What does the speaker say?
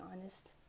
honest